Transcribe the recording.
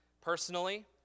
personally